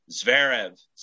Zverev